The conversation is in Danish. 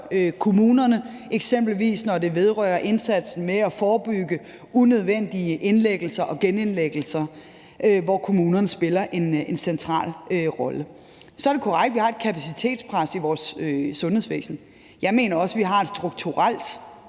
kommunerne, eksempelvis når det handler om indsatsen med at forebygge unødvendige indlæggelser og genindlæggelser, hvor kommunerne spiller en central rolle. Så er det korrekt, at vi har et kapacitetspres i vores sundhedsvæsen. Jeg mener også, vi har en strukturel